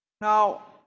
Now